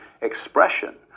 expression